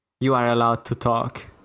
you-are-allowed-to-talk